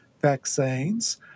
vaccines